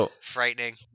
frightening